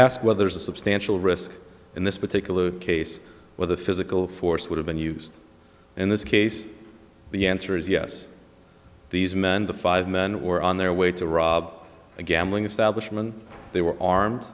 ask where there's a substantial risk in this particular case where the physical force would have been used in this case the answer is yes these men the five men were on their way to rob a gambling establishment they were armed